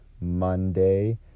Monday